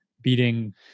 beating